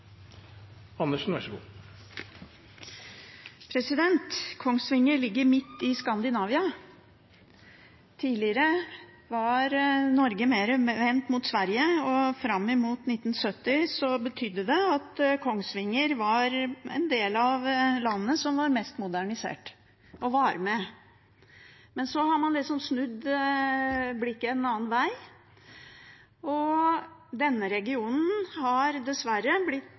Kongsvinger ligger midt i Skandinavia. Tidligere var Norge mer vendt mot Sverige, og fram mot 1970 betydde det at Kongsvinger var en del av landet som var mest modernisert, og som var med. Så har man snudd blikket en annen veg, og denne regionen har dessverre blitt